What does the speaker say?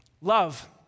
Love